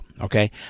okay